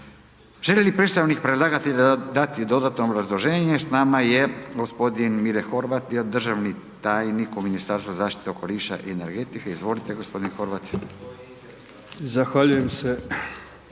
Želi li predstavnik predlagatelja dati dodatno obrazloženje? S nama je g, Mile Horvat, državni tajnik u Ministarstvu zaštite okoliša i energetike. Izvolite g. Horvat. **Horvat, Mile